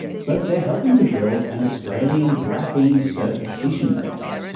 so they are helping to build an australian graphene certification centre.